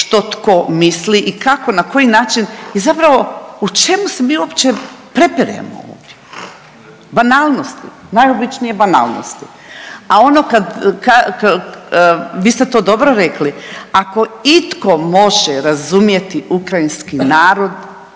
što tko misli i kako, na koji način i zapravo u čemu se mi uopće prepiremo ovdje? Banalnosti, najobičnije banalnosti. A ono kad, vi ste to dobro rekli ako itko može razumjeti ukrajinski narod